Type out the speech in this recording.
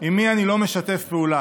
עם מי אני לא משתף פעולה.